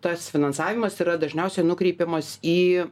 tas finansavimas yra dažniausia nukreipiamas į